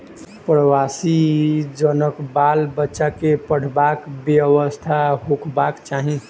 प्रवासी जनक बाल बच्चा के पढ़बाक व्यवस्था होयबाक चाही